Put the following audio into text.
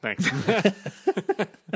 thanks